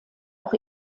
auch